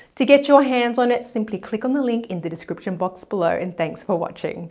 to get your hands on it, simply click on the link in the description box below and thanks for watching.